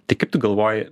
tai kaip tu galvoji